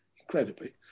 incredibly